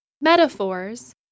metaphors